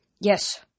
Yes